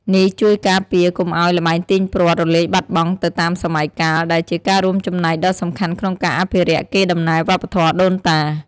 នេះជួយការពារកុំឱ្យ ល្បែងទាញព្រ័ត្រ រលាយបាត់បង់ទៅតាមសម័យកាល ដែលជាការរួមចំណែកដ៏សំខាន់ក្នុងការអភិរក្សកេរដំណែលវប្បធម៌ដូនតា។